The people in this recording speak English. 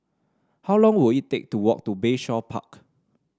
how long will it take to walk to Bayshore Park